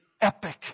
epic